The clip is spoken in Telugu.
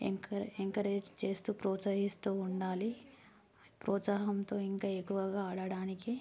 ఎంకరే ఎంకరేజ్ చేస్తు ప్రోత్సహిస్తు ఉండాలి ప్రోత్సాహంతో ఇంకా ఎక్కువగా ఆడటానికి